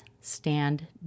stand